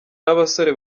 n’abasore